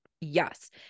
Yes